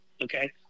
Okay